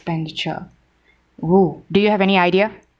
expenditure oo do you have any idea